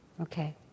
Okay